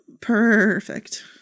perfect